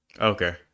Okay